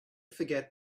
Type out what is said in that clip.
forget